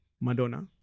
Madonna